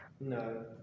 No